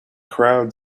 crowd